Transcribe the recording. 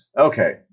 okay